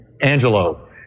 Angelo